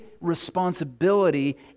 responsibility